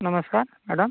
नमस्कार मॅडम